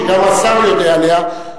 שגם השר יודע עליו,